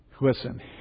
Listen